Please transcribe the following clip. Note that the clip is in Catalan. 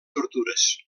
tortures